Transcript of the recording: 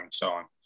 time